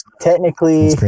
technically